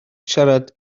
siarad